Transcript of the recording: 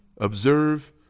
Observe